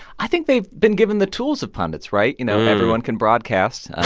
i think they've been given the tools of pundits. right? you know, everyone can broadcast.